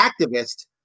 activist